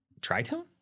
tritone